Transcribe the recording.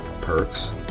Perks